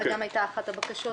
זו גם הייתה אחת הבקשות.